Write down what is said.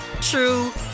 true